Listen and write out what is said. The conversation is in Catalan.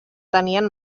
tenien